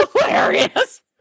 hilarious